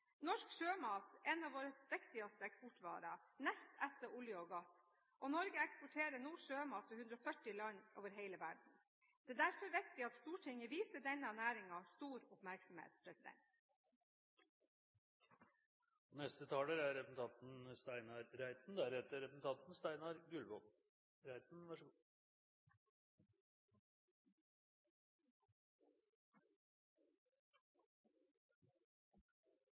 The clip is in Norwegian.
Norsk sjømat er en av våre viktigste eksportvarer, nest etter olje og gass, og Norge eksporterer nå sjømat til 140 land over hele verden. Det er derfor viktig at Stortinget viser denne næringen stor oppmerksomhet.